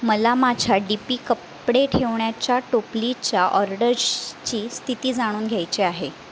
मला माझ्या D P कपडे ठेवण्याच्या टोपलीच्या ऑर्डर्शची स्थिती जाणून घ्यायची आहे